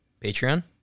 Patreon